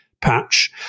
patch